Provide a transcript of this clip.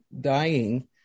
dying